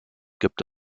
gibt